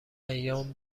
ایام